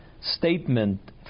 statement